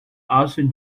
also